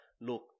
look